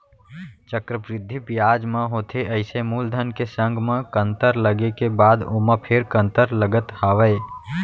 चक्रबृद्धि बियाज म होथे अइसे मूलधन के संग म कंतर लगे के बाद ओमा फेर कंतर लगत हावय